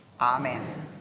Amen